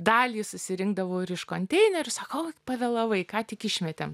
dalį susirinkdavau ir iš konteinerių sako o pavėlavai ką tik išmetėm